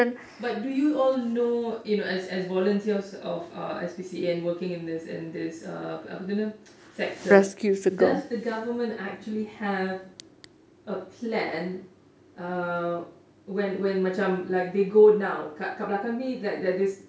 but do you all know you know as volunteers of uh S_P_C_A and working in this working in this uh apa tu dia sector does the government actually have a plan uh when when macam like they go now kat belakang ni like there's this